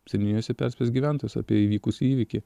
seniūnijose perspės gyventojus apie įvykusį įvykį